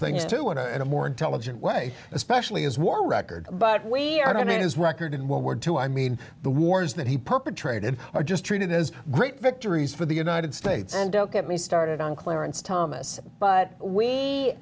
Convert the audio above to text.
things too in a in a more intelligent way especially as war record but we are going to his record in one word two i mean the wars that he perpetrated are just treated as great victories for the united states and don't get me started on clarence thomas but we